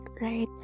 right